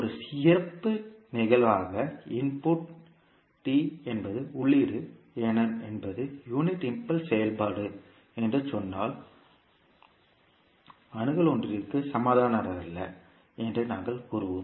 ஒரு சிறப்பு நிகழ்வாக input என்பது உள்ளீடு என்பது யூனிட் இம்பல்ஸ் செயல்பாடு என்று சொன்னால் அணுகல் ஒன்றிற்கு சமமானதல்ல என்று நாங்கள் கூறுவோம்